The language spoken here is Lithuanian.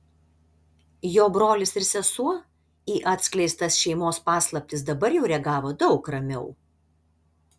jo brolis ir sesuo į atskleistas šeimos paslaptis dabar jau reagavo daug ramiau